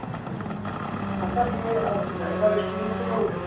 ہاں سر ہاں سر یہ آپ ذائقہ ریسٹورنٹ سے بول رہے ہیں